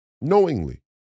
Knowingly